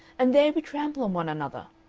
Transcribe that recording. and there we trample on one another.